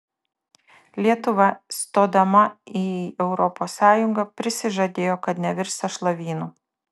lietuva stodama į europos sąjungą prisižadėjo kad nevirs sąšlavynu